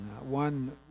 one